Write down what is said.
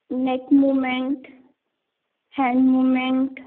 neck moment hand moment